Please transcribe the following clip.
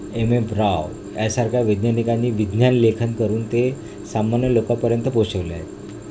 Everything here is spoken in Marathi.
एम एफ राव यासारख्या वैज्ञानिकांनी विज्ञान लेखन करून ते सामान्य लोकांपर्यंत पोचवलं आहे